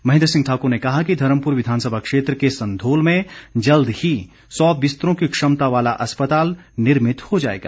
महेंद्र सिंह ठाकुर ने कहा कि धर्मपुर विधानसभा क्षेत्र के संधोल में जल्द ही सौ बिस्तरों की क्षमता वाला अस्पताल निर्मित हो जाएगा